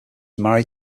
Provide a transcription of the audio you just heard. married